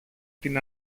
την